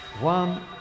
One